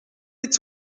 est